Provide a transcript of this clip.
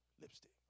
Lipstick